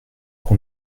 pour